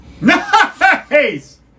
Nice